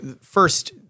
first